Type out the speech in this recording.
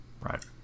Right